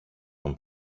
τον